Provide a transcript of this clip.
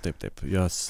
taip taip jos